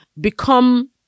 become